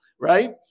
Right